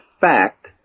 fact